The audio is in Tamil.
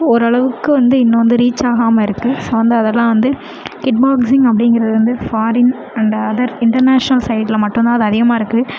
ஓரளவுக்கு வந்து இன்னும் வந்து ரீச் ஆகாமல் இருக்குது ஸோ வந்து அதெல்லாம் வந்து கிக் பாக்சிங் அப்படிங்கிறது வந்து ஃபாரின் அண்டு அதர் இன்டர்நேஷனல் சைட்டில் மட்டும்தான் அது அதிகமாக இருக்குது